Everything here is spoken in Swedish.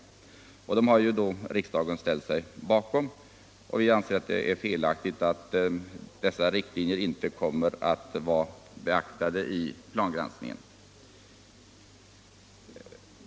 Dessa uttalanden har riksdagen ställt sig bakom och vi anser att det är felaktigt om dessa riktlinjer inte kommer att beaktas vid plangranskningen.